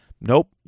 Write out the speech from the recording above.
nope